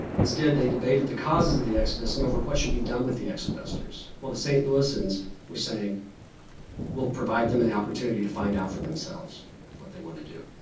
instead, they debate the cause of the exodus and what should be done with the exodusters. well, the st. louisans were saying we'll provide them the opportunity to find out for themselves what they want to do.